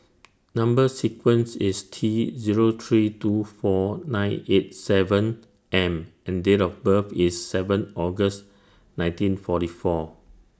Number sequence IS T Zero three two four nine eight seven M and Date of birth IS seven August nineteen forty four